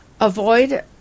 Avoid